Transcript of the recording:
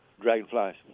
Dragonflies